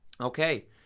Okay